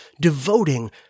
devoting